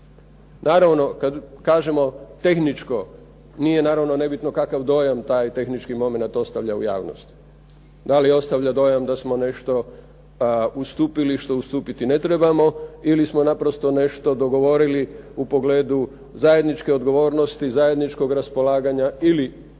Naravno kada kažemo tehničko, nije naravno nebitno kakav dojam taj tehnički momenat ostavlja u javnosti. Da li ostavlja dojam da smo nešto ustupili što ustupiti ne trebamo ili smo naprosto nešto dogovorili u pogledu zajedničke odgovornosti, zajedničkog raspolaganja ili